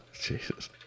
Jesus